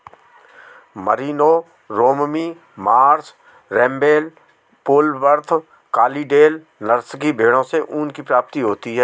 Merino, Romney Marsh, Rambouillet, Polwarth, Corriedale नस्ल की भेंड़ों से ऊन की प्राप्ति होती है